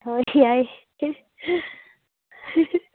ꯍꯣꯏ ꯌꯥꯏ